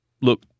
Look